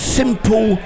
simple